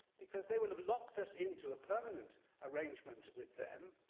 because they will have locked us into a permanent arrangement with them,